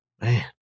Man